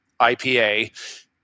IPA